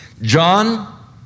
John